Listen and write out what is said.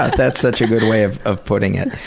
ah that's such a good way of of putting it.